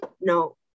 no